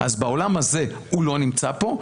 אז בעולם הזה, הוא לא נמצא פה.